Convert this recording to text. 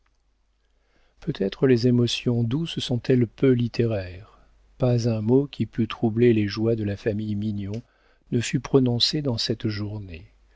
peut-être les émotions douces sont-elles peu littéraires pas un mot qui pût troubler les joies de la famille mignon ne fut prononcé dans cette journée